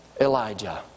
Elijah